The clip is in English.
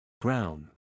Brown